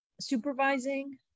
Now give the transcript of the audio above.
supervising